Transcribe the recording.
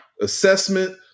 assessment